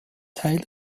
teil